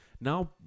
Now